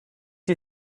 you